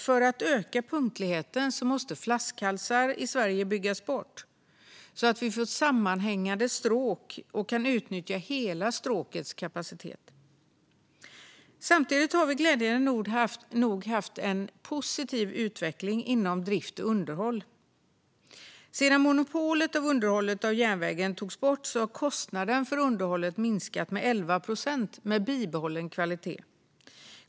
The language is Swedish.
För att öka punktligheten måste flaskhalsar i Sverige byggas bort så att vi får sammanhängande stråk och kan utnyttja hela stråkets kapacitet. Samtidigt har vi glädjande nog haft en positiv utveckling inom drift och underhåll. Sedan monopolet av underhållet av järnvägen togs bort har kostnaden för underhållet minskat med 11 procent med bibehållen kvalitet.